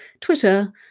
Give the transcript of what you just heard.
Twitter